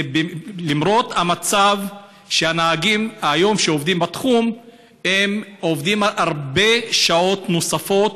למרות שהנהגים שעובדים בתחום היום עובדים הרבה שעות נוספות,